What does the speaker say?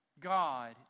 God